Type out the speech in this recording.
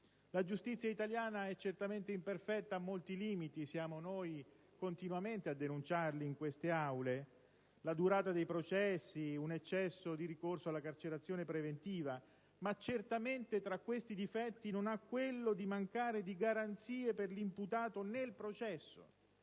La giustizia italiana è certamente imperfetta e ha molti limiti. Siamo noi continuamente a denunciarlo in queste Aule: la durata dei processi, un eccesso di ricorso alla carcerazione preventiva. Ma certamente, tra questi difetti, non ha quello di mancare di garanzie per l'imputato nel processo: